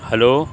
hello